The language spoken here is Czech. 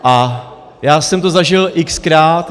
A já jsem to zažil xkrát.